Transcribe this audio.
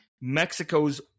Mexico's